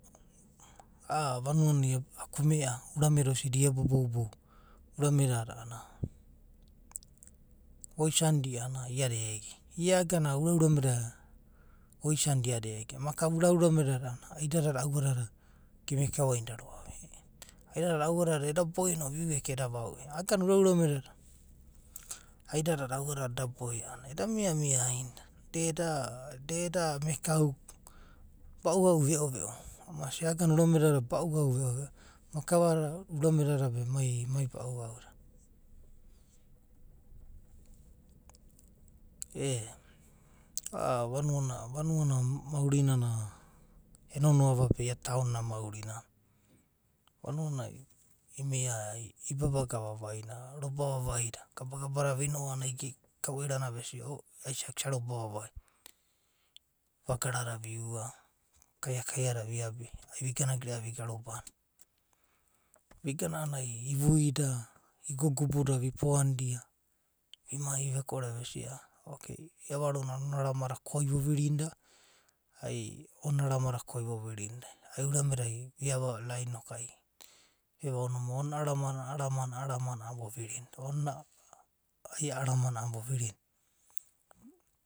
A’a vanuanai a komea a’anana, urame da osidi i ebo boubou urame dada a’anana voisani did a’anana iada ege, iaga ura urame de voisani dia a’anana, iada ege. Makava ura ura me dada aidada ava dada gemakau ainide roa’va, aiekdada, avadada eda boe no eka a’ananai. Viu eka eda vau’e. Iagana uraurame, da, aida dada, ava dade eda boe eka ana, ed amia mia ainida, da eda mekau b’au’au veo veo, vasia iagana uraurame dada bea’au veo veo, makava dada urame dada be mai bau’an de e. E’a vanua na mausinana enonoa va be ia taun na mauri nana. Vamia nai imia ibabaga vavaina roba vavai da. gaba gaba nau uinoa a’anana kau airara vegia o. oi isa gana isa roba vavai. Vagarada viua. kaia da viabi. ai vigana gerea vigana robana vigana a’ananai ivuida. igugubu da vi poanida. vimai a’anana ai veko ore vesia. iavaruna a’anana ana rama da ko vu virinidia. ainonina rame da koi voviririna. Ai urame da viava lain nai noku ai vevaonimai. onina, a’a rama na a’a rame na a’a ramen a, a’a ramana a’anana vovirina. onina a’a ram ana a’a ram ana vovirina.